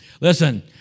listen